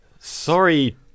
Sorry